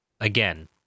Again